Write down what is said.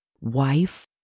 wife